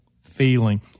feeling